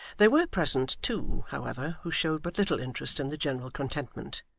there were present two, however, who showed but little interest in the general contentment.